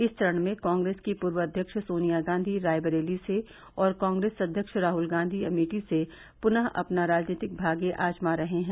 इस चरण में कांग्रेस की पूर्व अध्यक्ष सोनिया गांधी रायबरेली से और कांग्रेस अध्यक्ष राहल गांधी अमेठी से पूनः अपना राजनीतिक भाग्य आजमा रहे हैं